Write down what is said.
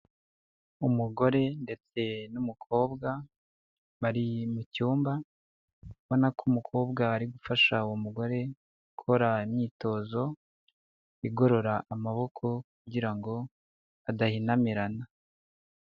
Umugore ndetse n'umukobwa bari mu cyumba, ubona ko umukobwa ari gufasha uwo mugore gukora imyitozo igorora amaboko kugira ngo adahinamirana.